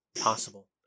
possible